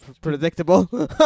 Predictable